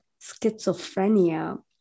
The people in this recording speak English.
schizophrenia